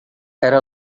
era